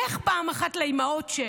לך פעם אחת לאימהות-של.